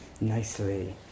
nicely